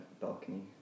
balcony